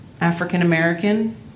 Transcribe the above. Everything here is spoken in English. African-American